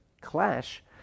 clash